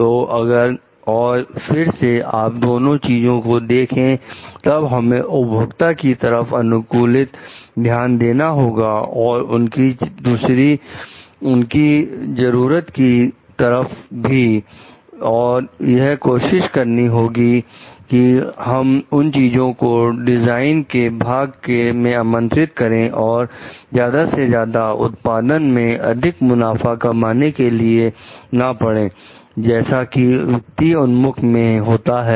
तो अगर और फिर से आप दोनों चीजों को देखें तब हमें उपभोक्ता की तरफ अनुकूलित ध्यान देना होगा और उनकी जरूरत की तरफ भी और यह कोशिश करनी होगी कि उन चीजों को डिजाइन के भाग में आमंत्रित करें और ज्यादा से ज्यादा उत्पादन मे अधिक मुनाफा कमाने के लिए ना पड़े जैसा कि वित्तीय उन्मुखता मे होता है